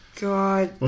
God